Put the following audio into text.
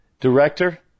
director